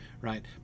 right